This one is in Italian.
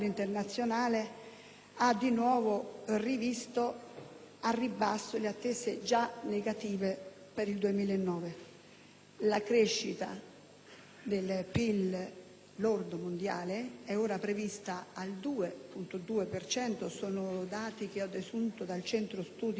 ha di nuovo rivisto al ribasso le attese già negative per il 2009. La crescita del prodotto interno lordo mondiale è ora prevista al 2,2 per cento (sono dati che ho desunto dal centro studi Banca Akros)